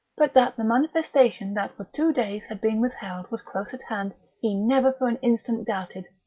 but that the manifestation that for two days had been withheld was close at hand he never for an instant doubted.